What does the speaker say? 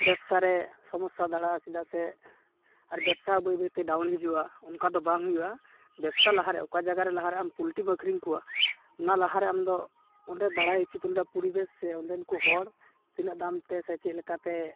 ᱵᱮᱵᱲᱥᱟᱨᱮ ᱥᱚᱢᱚᱥᱥᱟ ᱫᱟᱲᱮᱭᱟᱜᱼᱟ ᱪᱮᱫᱟᱜ ᱥᱮ ᱟᱨ ᱵᱮᱵᱽᱥᱟ ᱵᱟᱹᱭ ᱵᱟᱹᱭᱛᱮ ᱰᱟᱣᱩᱱ ᱦᱤᱡᱩᱜᱼᱟ ᱚᱱᱠᱟᱛᱮᱫᱚ ᱵᱟᱝ ᱦᱩᱭᱩᱜᱼᱟ ᱵᱮᱵᱽᱥᱟ ᱞᱟᱦᱟᱴᱨᱮ ᱚᱠᱟ ᱡᱟᱜᱟᱨᱮ ᱞᱟᱦᱟᱨᱮ ᱟᱢ ᱯᱩᱞᱴᱤᱢ ᱟᱹᱠᱷᱨᱤᱧ ᱠᱚᱣᱟ ᱚᱱᱟ ᱞᱟᱦᱟᱨᱮ ᱟᱢᱫᱚ ᱚᱸᱰᱮ ᱵᱟᱲᱟᱭ ᱩᱪᱤᱛ ᱯᱚᱨᱤᱵᱮᱥ ᱥᱮ ᱚᱸᱰᱮᱱᱠᱚ ᱦᱚᱲ ᱛᱤᱱᱟᱹᱜ ᱫᱟᱢᱛᱮ ᱥᱮ ᱪᱮᱫ ᱞᱮᱠᱟᱛᱮ